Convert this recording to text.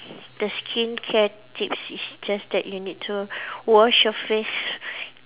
the skincare tips is just that you need to wash your face